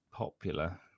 popular